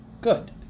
good